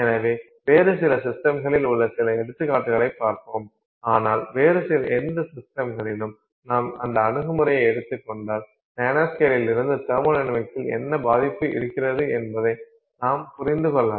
எனவே வேறு சில சிஸ்டம்களில் உள்ள சில எடுத்துக்காட்டுகளைப் பார்ப்போம் ஆனால் வேறு எந்த சிஸ்டம்களிலும் நாம் அந்த அணுகுமுறையை எடுத்துக் கொண்டால் நானோஸ்கேலில் இருந்து தெர்மொடைனமிக்ஸில் என்ன பாதிப்பு இருக்கிறது என்பதை நாம் புரிந்து கொள்ளலாம்